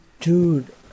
Dude